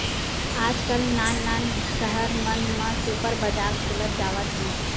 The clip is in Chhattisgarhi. आजकाल नान नान सहर मन म सुपर बजार खुलत जावत हे